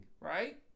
right